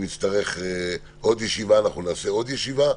אם נצטרך עוד ישיבה נעשה עוד ישיבה,